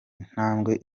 intambwe